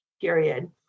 period